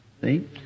See